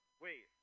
Wait